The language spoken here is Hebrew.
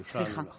כי הפרענו לך.